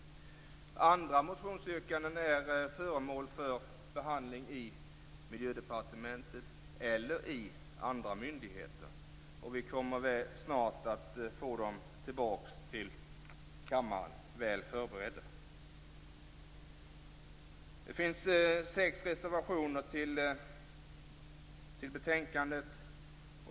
Andra motionsyrkanden är föremål för behandling i Miljödepartementet eller i andra myndigheter, och vi kommer snart att få dem tillbaka till kammaren, väl förberedda. Det finns sex reservationer till betänkandet.